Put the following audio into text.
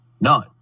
None